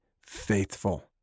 faithful